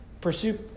Pursue